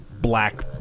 black